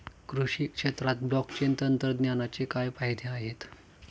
कृषी क्षेत्रात ब्लॉकचेन तंत्रज्ञानाचे काय फायदे आहेत?